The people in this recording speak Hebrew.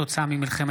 בנושא: